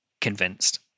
convinced